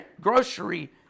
grocery